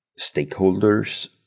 stakeholders